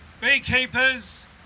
beekeepers